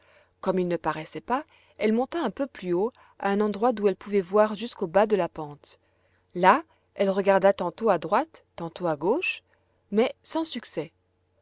comme ils ne paraissaient pas elle monta un peu plus haut à un endroit d'où elle pouvait voir jusqu'au bas de la pente là elle regarda tantôt à droite tantôt à gauche mais sans succès